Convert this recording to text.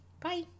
Bye